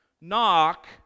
knock